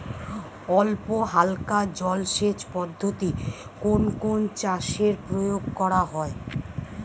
অল্পহালকা জলসেচ পদ্ধতি কোন কোন চাষে প্রয়োগ করা হয়?